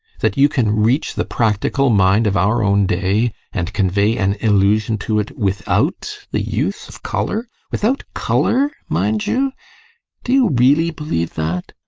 that you can reach the practical mind of our own day, and convey an illusion to it, without the use of colour without colour, mind you do you really believe that?